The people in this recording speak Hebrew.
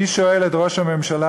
אני שואל את ראש הממשלה,